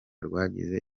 rwagize